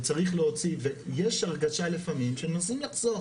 וצריך להוציא, ויש הרגשה לפעמים שמנסים לחסוך,